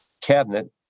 cabinet